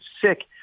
sick